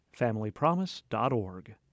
FamilyPromise.org